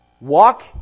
Walk